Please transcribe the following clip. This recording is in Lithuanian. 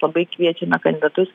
labai kviečiame kandidatus